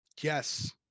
Yes